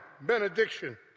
benediction